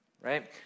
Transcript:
right